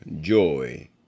joy